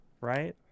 right